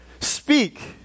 Speak